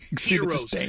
heroes